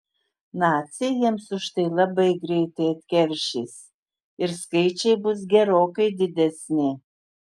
naciai jiems už tai labai greitai atkeršys ir skaičiai bus gerokai didesni